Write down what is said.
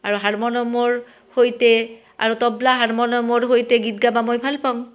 আৰু হাৰমনিয়ামৰ সৈতে আৰু তবলা হাৰমনিয়ামৰ সৈতে গীত গাবা মই ভাল পাওঁ